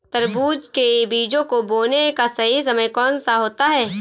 तरबूज के बीजों को बोने का सही समय कौनसा होता है?